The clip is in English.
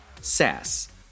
Sass